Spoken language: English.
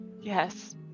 Yes